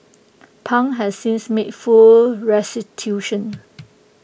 pang has since made full restitution